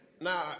Now